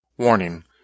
Warning